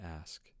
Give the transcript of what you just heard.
ask